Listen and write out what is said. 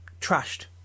trashed